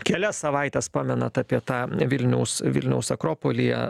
kelias savaites pamenat apie tą vilniaus vilniaus akropolyje